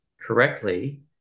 correctly